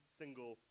single